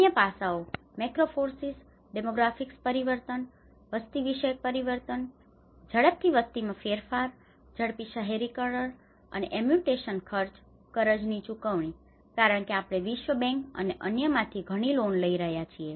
અન્ય પાસાઓ macro forces demographic પરિવર્તનdemographic changeવસ્તી વિષયક પરિવર્તન ઝડપથી વસ્તીમાં ફેરફાર ઝડપી શહેરીકરણ અને એમ્પ્યુટેશન ખર્ચ કરજની ચુકવણી કારણ કે આપણે વિશ્વ બેંક અને અન્યમાંથી ઘણી લોન લઈ રહ્યા છીએ